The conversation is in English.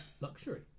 Luxury